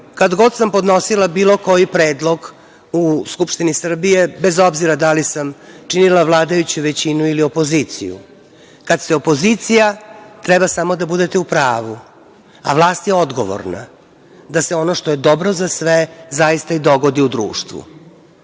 kad god sam podnosila bilo koji predlog u Skupštini Srbije, bez obzira da li sam činila vladajuću većinu ili opoziciju. Kada ste opozicija treba samo da budete u pravu, a vlast je odgovorna, da se ono što je dobro za sve zaista i dogodi u društvu.I